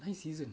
nine season